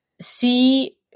see